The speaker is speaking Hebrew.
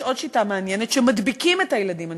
יש עוד שיטה מעניינת: שמדביקים את הילדים.